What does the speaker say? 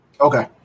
Okay